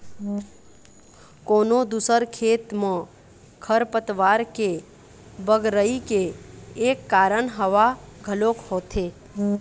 कोनो दूसर खेत म खरपतवार के बगरई के एक कारन हवा घलोक होथे